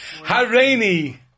Hareini